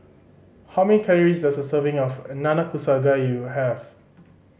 how many calories does a serving of Nanakusa Gayu have